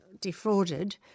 defrauded